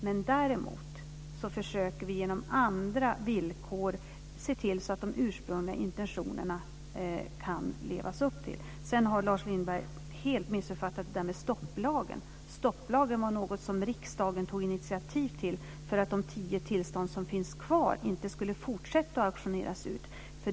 Men däremot försöker vi genom andra villkor se till så att de går att leva upp till de ursprungliga intentionerna. Lars Lindblad har helt missuppfattat stopplagen. Stopplagen var något som riksdagen tog initiativ till för att de tio tillstånd som finns kvar inte skulle fortsätta att auktioneras ut.